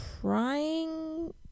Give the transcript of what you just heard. trying